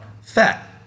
fat